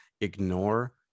ignore